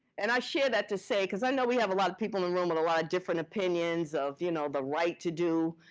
and i share that to say, because i know we have a lot of people in the room with a lot of different opinions of, you know, the right to do,